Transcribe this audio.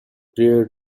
prior